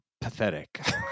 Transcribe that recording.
pathetic